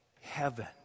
heaven